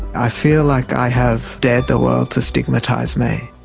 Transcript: i feel like i have dared the world to stigmatise me.